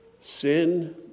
sin